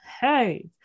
hey